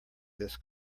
this